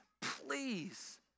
please